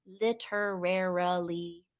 literarily